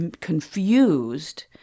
confused